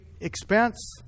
expense